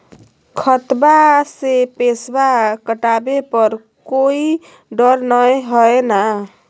खतबा से पैसबा कटाबे पर कोइ डर नय हय ना?